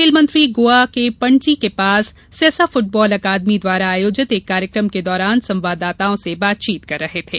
खेल मंत्री गोवा में पणजी के पास सेसा फुटबाल अकादमी द्वारा आयोजित एक कार्यक्रम के दौरान संवाददाताओं से बातचीत कर रहे थे